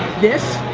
this?